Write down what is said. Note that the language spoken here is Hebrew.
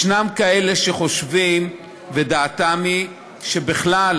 ישנם כאלה שחושבים ודעתם היא שבכלל